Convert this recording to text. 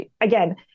again